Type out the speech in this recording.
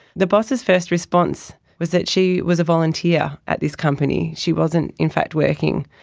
the boss's first response was that she was a volunteer at this company, she wasn't in fact working.